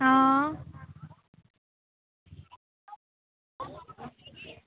आं